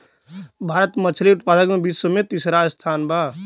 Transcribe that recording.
भारत मछली उतपादन में विश्व में तिसरा स्थान पर बा